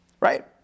right